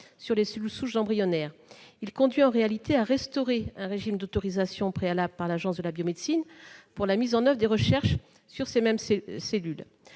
sur les cellules souches embryonnaires. Son adoption conduirait, en réalité, à restaurer un régime d'autorisation préalable par l'Agence de la biomédecine pour la mise en oeuvre des recherches sur ces mêmes cellules.